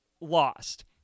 lost